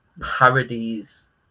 parodies